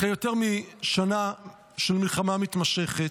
אחרי יותר משנה של מלחמה מתמשכת,